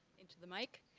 into the mic,